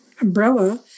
umbrella